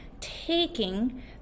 taking